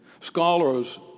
Scholars